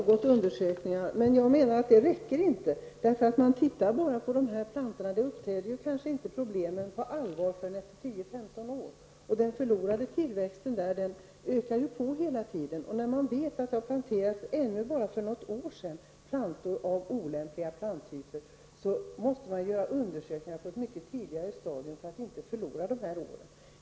Fru talman! Jag vet att det har pågått undersökningar, men jag menar att det inte räcker. Problemen kanske inte uppträder på allvar förrän efter 10--15 år, och tillväxtförlusten förvärras hela tiden. När man vet att det ännu för något år sedan planterades olämpliga planttyper måste man göra undersökningar på ett mycket tidigare stadium för att inte förlora dessa år.